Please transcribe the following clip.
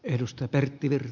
arvoisa puhemies